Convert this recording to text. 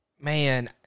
man